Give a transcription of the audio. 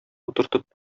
утыртып